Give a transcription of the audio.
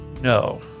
No